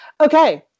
Okay